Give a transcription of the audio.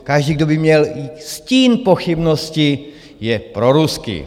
Každý, kdo by měl stín pochybnosti, je proruský.